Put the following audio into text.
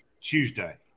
Tuesday